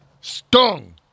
Stung